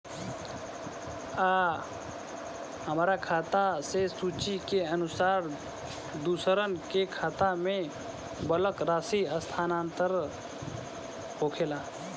आ हमरा खाता से सूची के अनुसार दूसरन के खाता में बल्क राशि स्थानान्तर होखेला?